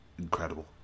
incredible